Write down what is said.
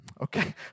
Okay